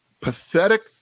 pathetic